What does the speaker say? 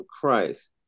Christ